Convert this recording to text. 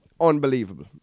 Unbelievable